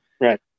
Right